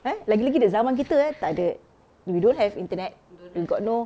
eh lagi-lagi the zaman kita eh tak ada we don't have internet we got no